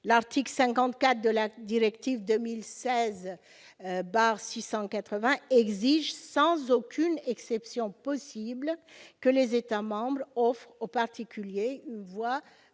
L'article 54 de la directive 2016/680 exige, sans aucune exception possible, que les États membres offrent aux particuliers une voie